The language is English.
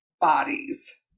bodies